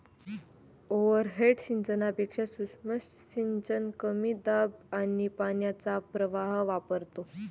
overhead सिंचनापेक्षा सूक्ष्म सिंचन कमी दाब आणि पाण्याचा प्रवाह वापरतो